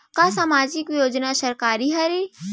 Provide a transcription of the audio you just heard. का सामाजिक योजना सरकारी हरे?